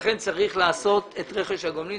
לכן צריך לעשות את רכש הגומלין.